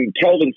Kelvin